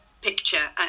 picture